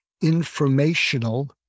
informational